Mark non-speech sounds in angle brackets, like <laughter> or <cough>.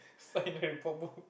<laughs> sign the report book